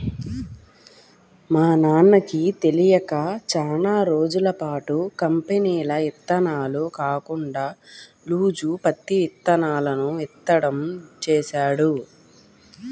మా నాన్నకి తెలియక చానా రోజులపాటు కంపెనీల ఇత్తనాలు కాకుండా లూజు పత్తి ఇత్తనాలను విత్తడం చేశాడు